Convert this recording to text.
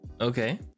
Okay